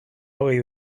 hogei